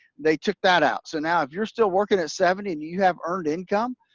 they took that out. so now, if you're still working at seventy and you have earned income,